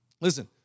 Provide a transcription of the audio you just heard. Listen